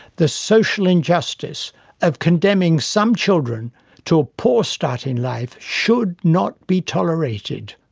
the social injustice of condemning some children to a poor start in life should not be tolerated.